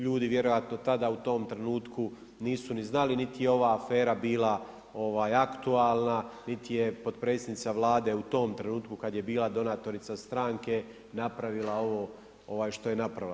Ljudi vjerojatno tada u tom trenutku nisu ni znali, niti je ova afera bila aktualna niti je potpredsjednica Vlade u tom trenutku kad je bila donatorica stranke napravila ovo što je napravila.